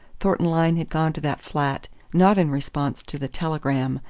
thornton lyne had gone to that flat not in response to the telegram,